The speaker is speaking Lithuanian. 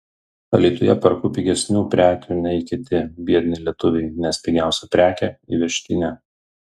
alytuje perku pigesnių prekių nei kiti biedni lietuviai nes pigiausia prekė įvežtinė